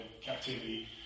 captivity